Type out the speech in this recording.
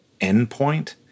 endpoint